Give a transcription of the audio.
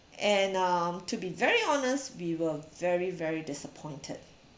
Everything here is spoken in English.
and uh to be very honest we were very very disappointed